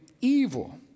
evil